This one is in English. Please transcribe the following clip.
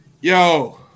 yo